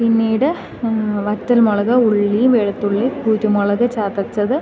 പിന്നീട് വറ്റൽമുളക് ഉള്ളി വെളുത്തുള്ളി കുരുമുളക് ചതച്ചത്